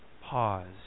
pause